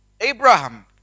Abraham